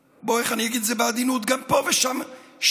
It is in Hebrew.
איך אני אגיד את זה בעדינות, גם פה ושם שיקר,